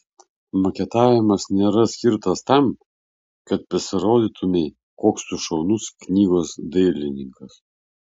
maketavimas nėra skirtas tam kad pasirodytumei koks tu šaunus knygos dailininkas